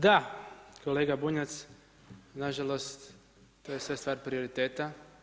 Da kolega Bunjac, nažalost, to je sve stvar prioriteta.